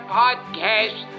podcast